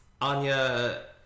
Anya